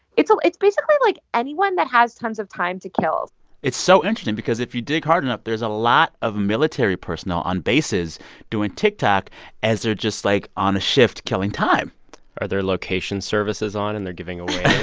it's ah it's basically, like, anyone that has tons of time to kill it's so interesting because if you dig hard enough, there's a lot of military personnel on bases doing tiktok as they're just, like, on the shift killing time are their location services on, and they're giving away.